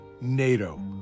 NATO